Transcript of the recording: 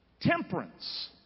temperance